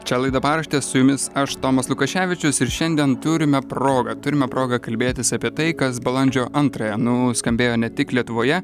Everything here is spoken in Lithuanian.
čia laida paraštės su jumis aš tomas lukaševičius ir šiandien turime progą turime progą kalbėtis apie tai kas balandžio antrąją nuskambėjo ne tik lietuvoje